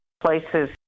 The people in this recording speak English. places